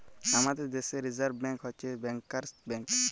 আমাদের দ্যাশে reserve bank হছে ব্যাংকার্স ব্যাংক